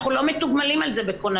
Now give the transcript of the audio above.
אנחנו לא מתוגמלים על זה בכונניות.